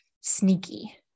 sneaky